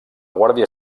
guàrdia